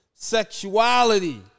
Sexuality